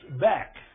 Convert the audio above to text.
back